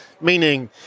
Meaning